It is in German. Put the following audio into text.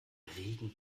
regen